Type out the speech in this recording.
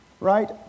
right